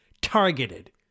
Targeted